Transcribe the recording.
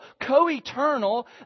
co-eternal